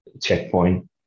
checkpoint